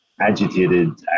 agitated